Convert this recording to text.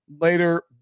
later